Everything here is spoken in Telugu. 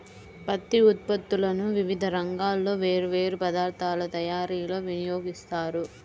పత్తి ఉత్పత్తులను వివిధ రంగాల్లో వేర్వేరు పదార్ధాల తయారీలో వినియోగిస్తారు